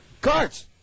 Carts